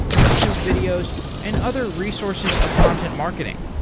youtube videos and other resources of content marketing.